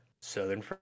Southern